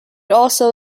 also